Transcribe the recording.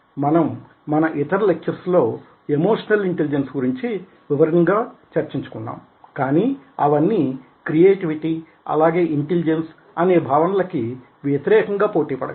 మనం మన ఇతర లెక్చర్స్ లో ఎమోషనల్ ఇంటెలిజెన్స్ గురించి వివరంగా చర్చించుకుందాం కానీ అవన్నీ క్రియేటివిటీ అలాగే ఇంటెలిజెన్స్ అనే భావనల కి వ్యతిరేకంగా పోటీ పడగలవు